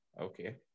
Okay